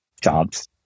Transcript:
jobs